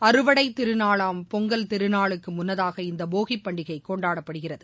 அறுவடைதிருநாளாம் பொங்கல் திருநாளுக்குமுன்னதாக இந்தபோகிபண்டிகைகொண்டாடப்படுகிறது